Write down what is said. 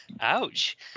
Ouch